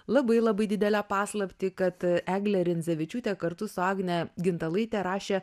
labai labai didelę paslaptį kad eglė rindzevičiūtė kartu su agne gintalaite rašė